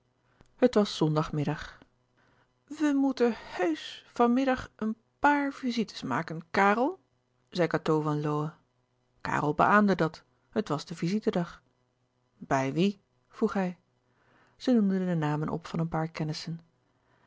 het was zondagmiddag wij moeten heùsch van middag een paàr visites maken kàrel zei cateau van lowe karel beäamde dat het was de visite dag bij wie vroeg hij zij noemde de namen op van een paar kennissen